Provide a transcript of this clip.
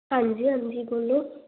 ਹਾਂਜੀ ਹਾਂਜੀ ਬੋਲੋ